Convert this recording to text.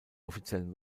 offiziellen